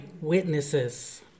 witnesses